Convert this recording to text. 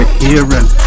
hearing